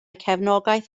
cefnogaeth